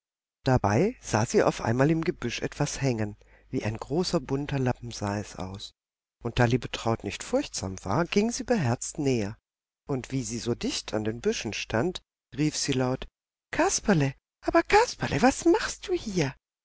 dabei sah sie auf einmal im gebüsch etwas hängen wie ein großer bunter lappen sah es aus und da liebetraut nicht furchtsam war ging sie beherzt näher und wie sie so dicht an den büschen stand rief sie laut kasperle aber kasperle was machst du hier